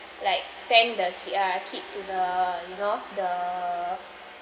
like send the ki~ ah kid to the you know the